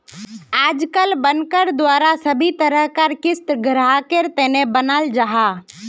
आजकल बनकर द्वारा सभी तरह कार क़िस्त ग्राहकेर तने बनाल जाहा